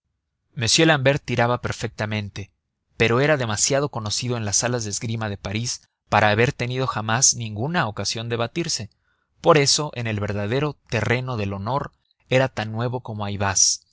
medito m l'ambert tiraba perfectamente pero era demasiado conocido en las salas de esgrima de parís para haber tenido jamás ninguna ocasión de batirse por eso en el verdadero terreno del honor era tan nuevo como ayvaz